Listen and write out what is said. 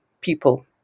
people